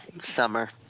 summer